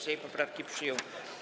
Sejm poprawki przyjął.